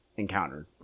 encountered